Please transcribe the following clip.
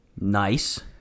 Nice